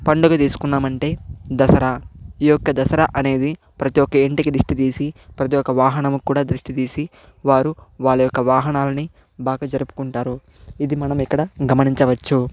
పండుగ తీసుకున్నామంటే దసరా ఈ యొక్క దసరా అనేది ప్రతి ఒక్క ఇంటికి దిష్టి తీసి ప్రతి ఒక వాహనం కూడా దిష్టి తీసి వారు వారి యొక్క వాహనాలని బాగా జరుపుకుంటారు ఇది మనం ఇక్కడ గమనించవచ్చు